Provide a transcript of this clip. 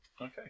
Okay